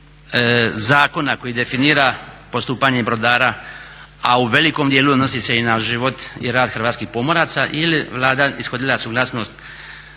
zakona koji definira postupanje brodara a u velikom djelu odnosi se i na život i rad hrvatskih pomoraca ili je Vlada ishodila suglasnost